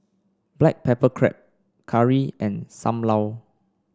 Black Pepper Crab curry and Sam Lau